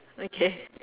okay